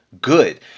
good